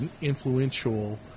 influential